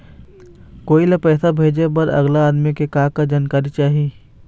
कोई ला पैसा भेजे बर अगला आदमी के का का जानकारी चाही?